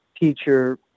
teacher